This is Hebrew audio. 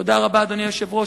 תודה רבה, אדוני היושב-ראש.